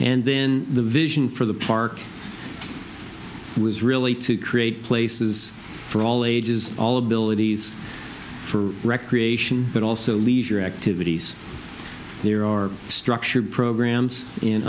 and then the vision for the park was really to create places for all ages all abilities for recreation but also leisure activities there are structured programs in